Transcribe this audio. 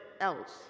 else